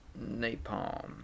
Napalm